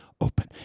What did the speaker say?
open